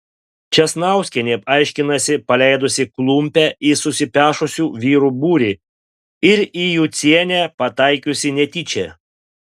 česnauskienė aiškinasi paleidusi klumpe į susipešusių vyrų būrį ir į jucienę pataikiusi netyčia